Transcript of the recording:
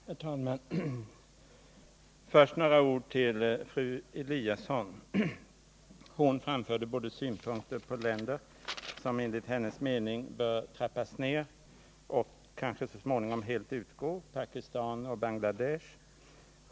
Herr talman! Först några ord till fru Lewén-Eliasson. Hon framförde synpunkter på länder till vilka biståndet enligt hennes mening bör trappas ned och kanske så småningom helt utgå — Pakistan och Bangladesh.